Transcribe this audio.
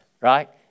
right